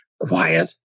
quiet